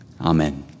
Amen